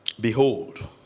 Behold